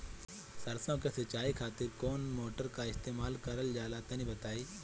सरसो के सिंचाई खातिर कौन मोटर का इस्तेमाल करल जाला तनि बताई?